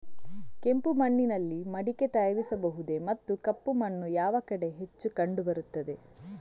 ಕೆಂಪು ಮಣ್ಣಿನಲ್ಲಿ ಮಡಿಕೆ ತಯಾರಿಸಬಹುದೇ ಮತ್ತು ಕಪ್ಪು ಮಣ್ಣು ಯಾವ ಕಡೆ ಹೆಚ್ಚು ಕಂಡುಬರುತ್ತದೆ?